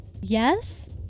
Yes